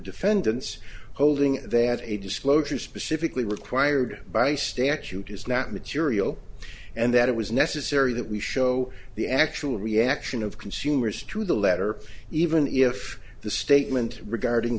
defendants holding that a disclosure specifically required by statute is not material and that it was necessary that we show the actual reaction of consumers to the letter even if the statement regarding